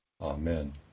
Amen